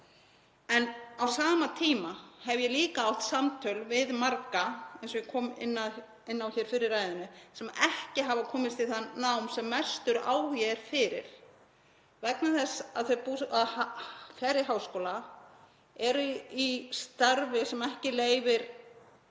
En á sama tíma hef ég líka átt samtöl við marga, eins og ég kom inn á fyrr í ræðunni, sem ekki hafa komist í það nám sem mestur áhugi er fyrir vegna þess að fólk er í starfi sem ekki leyfir